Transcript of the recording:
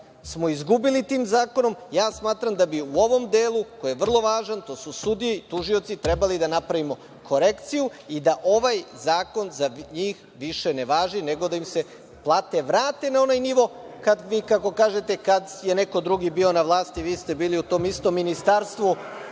smo izgubili tim zakonom. Smatram da bi u ovom delu, koji je veoma važan, to su sudije, tužioci, trebali da napravimo korekciju da ovaj zakon za njih više ne važi, nego da im se plate vrate na onaj nivo kad vi, kako kažete, kad je neko bio na vlasti vi ste bili u tom istom ministarstvu